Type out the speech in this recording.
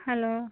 hello